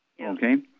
Okay